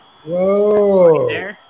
Whoa